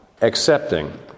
accepting